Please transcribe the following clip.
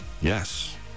Yes